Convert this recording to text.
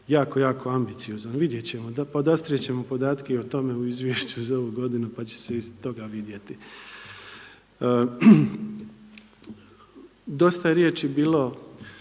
jako, jako ambiciozan. Vidjeti ćemo, podastrijeti ćemo podatke i o tome u izvješću za ovu godinu pa će se iz toga vidjeti. Dosta je riječi bilo